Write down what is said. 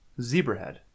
Zebrahead